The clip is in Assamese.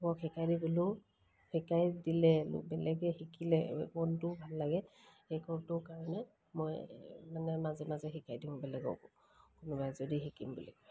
মোক শিকাই দিবলৈও শিকাই দিলে বেলেগে শিকিলে মনটোও ভাল লাগে সেই কাৰণে মই মানে মাজে মাজে শিকাই দিওঁ বেলেগক কোনোবাই যদি শিকিম বুলি কয়